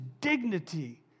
dignity